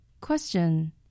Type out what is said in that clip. Question